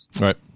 Right